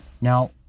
Now